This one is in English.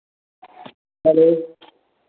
hello